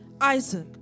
Isaac